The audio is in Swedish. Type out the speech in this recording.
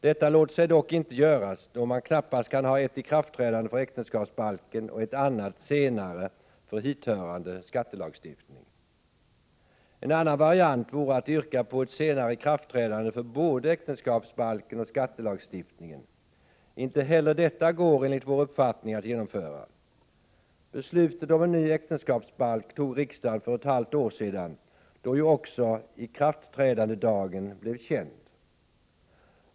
Detta låter sig dock inte göras, då man knappast kan ha ett ikraftträdande för äktenskapsbalken och ett annat senare för hithörande skattelagstiftning. En annan variant vore att yrka på ett senare ikraftträdande för både äktenskapsbalken och skattelagstiftningen. Inte heller detta går enligt vår uppfattning att genomföra. Beslutet om en ny äktenskapsbalk fattade riksdagen för ett halvt år sedan, då ju också ikraftträdandedagen blev känd.